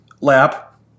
lap